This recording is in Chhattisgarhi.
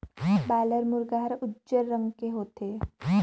बॉयलर मुरगा हर उजर रंग के होथे